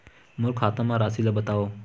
मोर खाता म राशि ल बताओ?